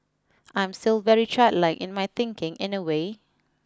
I'm still very childlike in my thinking in a way